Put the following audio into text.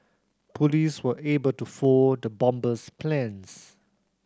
police were able to foil the bomber's plans